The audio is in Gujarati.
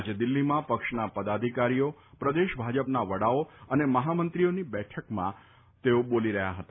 આજે દિલ્હીમાં પક્ષના પદાધિકારીઓ પ્રદેશ ભાજપના વડાઓ અને મહામંત્રીઓની બેઠકમાં તેઓ બોલી રહ્યા હતા